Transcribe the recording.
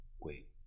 Wait